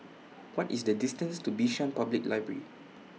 What IS The distance to Bishan Public Library